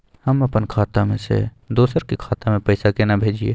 हम अपन खाता से दोसर के खाता में पैसा केना भेजिए?